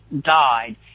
died